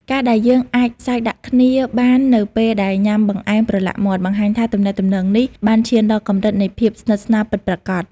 ការដែលយើងអាចសើចដាក់គ្នាបាននៅពេលដែលញ៉ាំបង្អែមប្រឡាក់មាត់ បង្ហាញថាទំនាក់ទំនងនេះបានឈានដល់កម្រិតនៃភាពស្និទ្ធស្នាលពិតប្រាកដ។